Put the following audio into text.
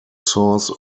source